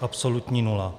Absolutní nula.